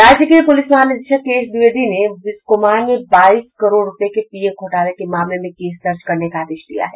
राज्य के पुलिस महानिदेशक के एस द्विवेदी ने बिस्कोमान में बाईस करोड़ रूपये के पीएफ घोटाले के मामले में केस दर्ज करने का आदेश दिया है